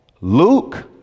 Luke